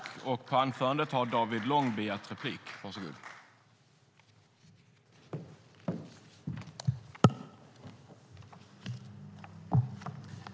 I detta anförande instämde Marianne Berg .